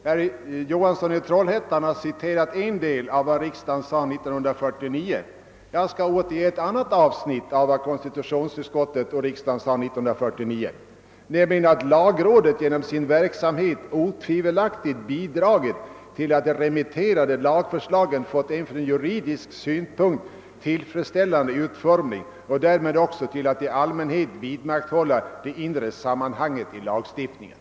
Herr Johansson i Trollhättan har citerat en del av vad riksdagen sade 1949. Jag skall återge ett annat avsnitt av vad konstitutionsutskottet och riksdagen sade 1949, nämligen att lagrådet »genom sin verksamhet otvivelaktigt bidragit till att de remitterade lagförslagen fått en ur juridisk synpunkt tillfredsställande utformning och därmed till att i allmänhet vidmakthålla det inre sammanhanget i lagstiftningen».